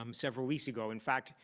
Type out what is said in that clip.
um several weeks ago. in fact,